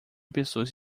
pessoas